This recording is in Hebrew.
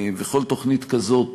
וכל תוכנית כזאת,